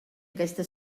aquesta